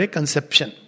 Conception